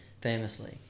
famously